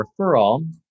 referral